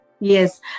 Yes